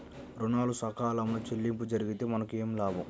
ఋణాలు సకాలంలో చెల్లింపు జరిగితే మనకు ఏమి లాభం?